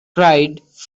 tried